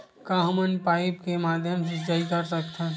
का हमन पाइप के माध्यम से सिंचाई कर सकथन?